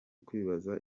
kwibaza